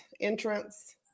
entrance